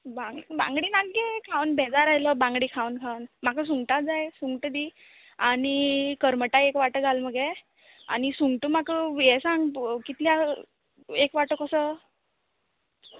बांग बांगडे नाक गे खावन बेजार आयलो बांगडे खावन खावन म्हाका सुंगटात जाय सुंगटा दी आनी करमटा एक वाटो घाल मगे आनी सुंगटा म्हाका एक सांग कितल्याक एक वांटो कसो